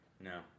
No